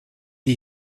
die